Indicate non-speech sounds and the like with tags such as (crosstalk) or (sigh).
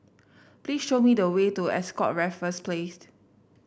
please show me the way to Ascott Raffles Place (unintelligible)